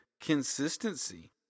consistency